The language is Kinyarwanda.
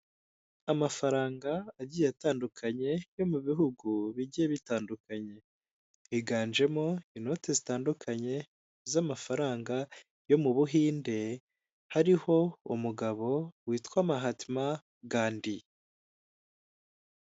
Amafaranga agiye atandukanye yo mu bihugu bigiye bitandukanye, higanjemo inote zitandukanye z'amafaranga yo mu Buhinde, hariho umugabo witwa Mahatma Ghandh.